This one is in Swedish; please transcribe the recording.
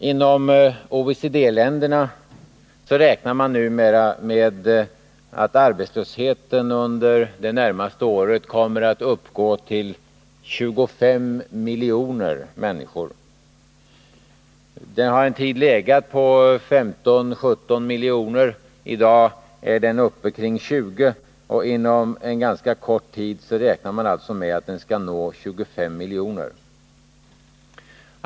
Inom OECD-länderna räknar man numera med att arbetslösheten under det närmaste året kommer att uppgå till 25 miljoner människor. Den har en tid legat på 15-17 miljoner. I dag är den uppe kring 20. Och inom ganska kort tid räknar man alltså med att den skall nå 25 miljoner.